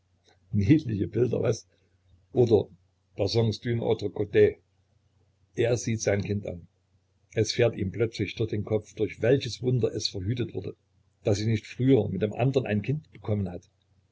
niedliche bilder was oder passons d une autre ct er sieht sein kind an es fährt ihm plötzlich durch den kopf durch welches wunder es verhütet wurde daß sie nicht früher mit dem andern ein kind bekommen hat